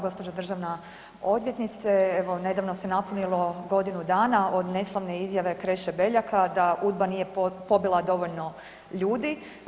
Gđo. državna odvjetnice, evo nedavno se napunilo godinu dana od neslavne izjave Kreše Beljaka da UDBA nije pobila dovoljno ljudi.